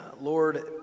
Lord